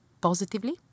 positively